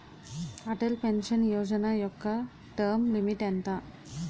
Atal pension Yojana యెక్క term limit ఎంత?